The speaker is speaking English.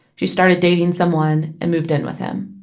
she started dating someone and moved in with him.